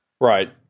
right